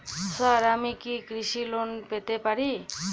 Sir আমি কি কৃষি লোন পেতে পারি?